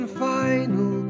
final